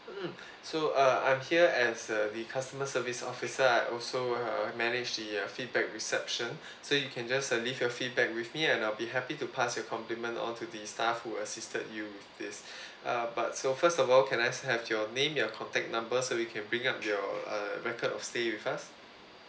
mm so uh I'm here as a the customer service officer I also uh manage the uh feedback reception so you can just uh leave your feedback with me and I'll be happy to pass your compliment all to the staff who assisted you with this uh but so first of all can I have your name your contact number so we can bring up your uh record of stay with us